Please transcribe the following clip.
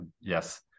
yes